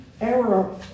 error